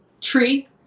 tree